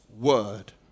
Word